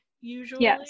usually